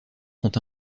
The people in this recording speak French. sont